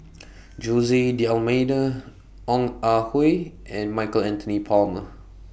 Jose D'almeida Ong Ah Hoi and Michael Anthony Palmer